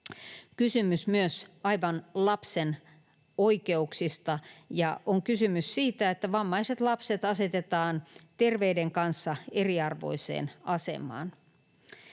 kysymys myös aivan lapsen oikeuksista ja on kysymys siitä, että vammaiset lapset asetetaan terveiden kanssa eriarvoiseen asemaan.